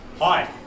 Hi